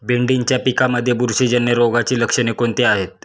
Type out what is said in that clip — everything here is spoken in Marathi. भेंडीच्या पिकांमध्ये बुरशीजन्य रोगाची लक्षणे कोणती आहेत?